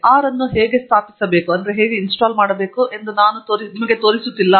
R ಅನ್ನು ಹೇಗೆ ಸ್ಥಾಪಿಸಬೇಕು ಎಂದು ನಾನು ನಿಮಗೆ ತೋರಿಸಲು ಹೋಗುತ್ತಿಲ್ಲ